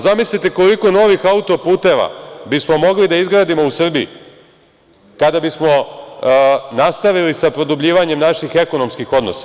Zamislite koliko novih auto-puteva bismo mogli da izgradimo u Srbiji kada bismo nastavili sa produbljivanjem naših ekonomskih odnosa.